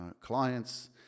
clients